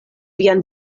vian